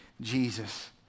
Jesus